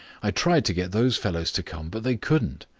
i tried to get those fellows to come, but they couldn't.